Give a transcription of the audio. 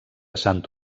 sant